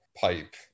pipe